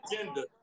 agenda